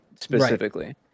specifically